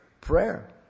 prayer